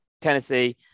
Tennessee